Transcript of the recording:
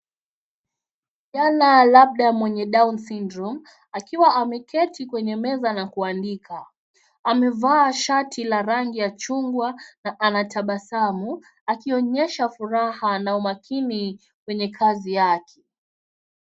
Kijana labda mwenye Down Syndrome akiwa ameketi kwenye meza na kuandika. Amevaa shati la rangi ya chungwa na anatabasamu akionyesha furaha na umakini kwenye kazi yake.